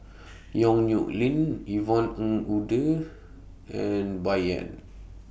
Yong Nyuk Lin Yvonne Ng Uhde and Bai Yan